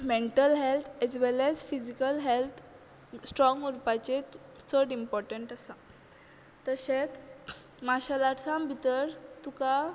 mental health as well as physical health strong उरपाची चड important आसा तशेंत मार्शेल आर्टसान भितर तुका